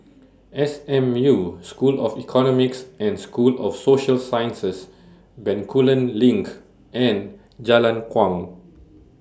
S M U School of Economics and School of Social Sciences Bencoolen LINK and Jalan Kuang